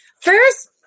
first